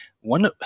one